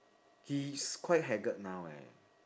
he's quite haggard now eh